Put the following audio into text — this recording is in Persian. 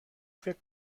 فکر